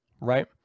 right